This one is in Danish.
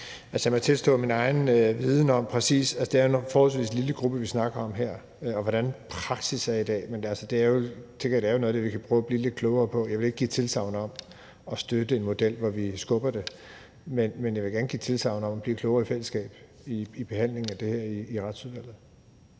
jeg tilstå at min egen viden ikke lige rækker til. Jeg tænker, det er noget af det, vi kan prøve at blive lidt klogere på. Jeg vil ikke give tilsagn om at støtte en model, hvor vi skubber det, men jeg vil gerne give tilsagn om, at vi kan blive klogere i fællesskab i behandlingen af det her i Retsudvalget.